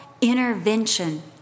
intervention